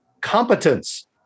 competence